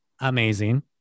amazing